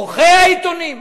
עורכי העיתונים.